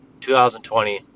2020